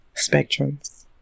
spectrums